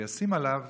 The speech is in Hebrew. וישים עליו